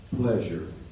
pleasure